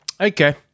okay